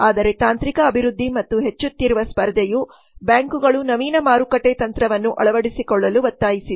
ಆದರೆ ತಾಂತ್ರಿಕ ಅಭಿವೃದ್ಧಿ ಮತ್ತು ಹೆಚ್ಚುತ್ತಿರುವ ಸ್ಪರ್ಧೆಯು ಬ್ಯಾಂಕುಗಳು ನವೀನ ಮಾರುಕಟ್ಟೆ ತಂತ್ರವನ್ನು ಅಳವಡಿಸಿಕೊಳ್ಳಲು ಒತ್ತಾಯಿಸಿದೆ